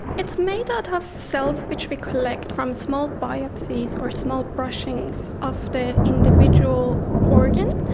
it's made out of cells which we collect from small biopsies or small brushings of the individual organ.